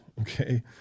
okay